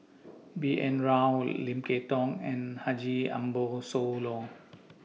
B N Rao Lim Kay Tong and Haji Ambo Sooloh